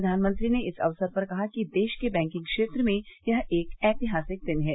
प्रघानमंत्री ने इस अवसर पर कहा कि देश के बैंकिग क्षेत्र में यह एक ऐतिहासिक दिन है